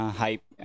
hype